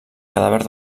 cadàver